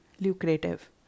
lucrative